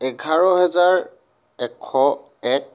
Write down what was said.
এঘাৰ হেজাৰ এশ এক